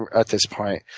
and at this point?